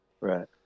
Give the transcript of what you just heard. Right